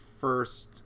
first